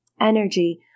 energy